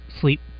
sleep